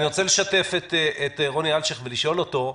אני רוצה לשתף את רוני אלשייך ולשאול אותו,